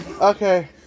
Okay